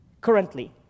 currently